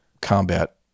combat